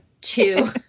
Two